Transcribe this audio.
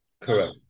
Correct